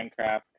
Minecraft